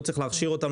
לא צריך להכשיר אותם,